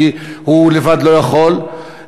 כי הוא לבד לא יכול.